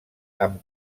amb